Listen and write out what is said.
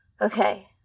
okay